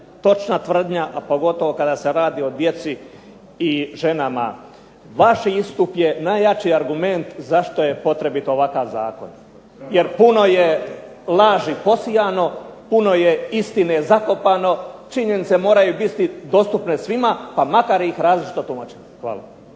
točna tvrdnja a pogotovo kada se radi o djeci i ženama. Vaš istup je najjači argument zašto je potrebit ovakav Zakon jer puno je laži posijano, puno je činjenica pokopano, činjenice moraju biti dostupne svim makar ih različito tumačili.